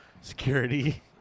security